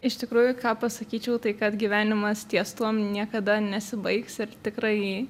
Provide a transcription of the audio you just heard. iš tikrųjų ką pasakyčiau tai kad gyvenimas ties tuom niekada nesibaigs ir tikrai